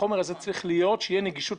החומר הזה צריך להיות נגיש לציבור.